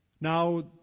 Now